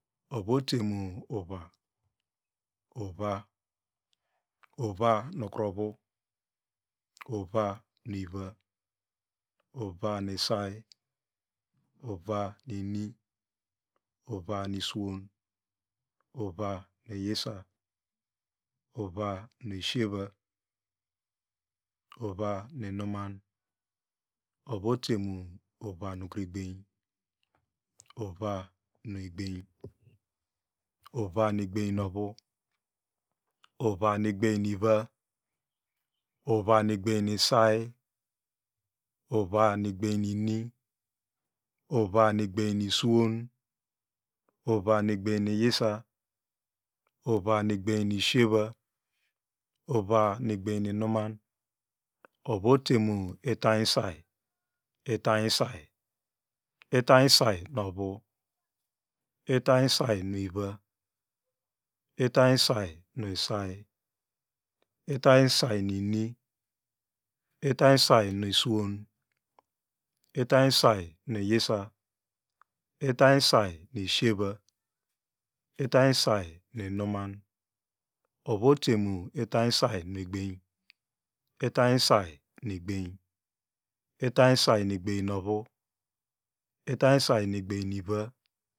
Ovu ote mu uva uva uva nukru ovu uva nu iva uva nu isai uva nu ini uva nu iswon uva nu iyisa uva nu isheva uva nu inuman ovu ote mu uva nukru igbem uva nu igbem uva nu egbem novu uva uva nu egbem nu iva uva nu egbem isai uva nu egbem nu ini uva nu egbem nu iswon uva nu egbem nu iyisa uva nu egbem nu isheva uva nu egbem nu inuman ovu ote mu itany isai itany isai itany isai nu ovu itany isai nu iva itany isai nu isai itany isai nu ini itany isai nu iswon itany isai nu iyisa itany isai nu isheva itany isai nu inuman ovu ote mu itany isai nu igbem itany isai nu igbem itany isai nu egbem nu vu itany isai nu egbem nu iva